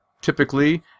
typically